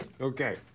Okay